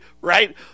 Right